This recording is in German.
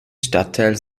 stadtteil